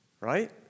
right